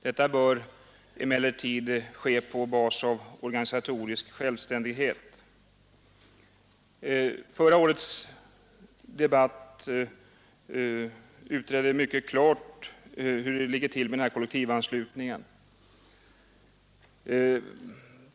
Detta bör emellertid ske på basis av organisatorisk självständighet. Förra årets debatt utredde mycket klart hur det ligger till med kollektivanslutningen.